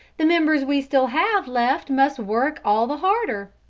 the members we still have left must work all the harder.